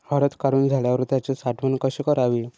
हळद काढून झाल्यावर त्याची साठवण कशी करावी?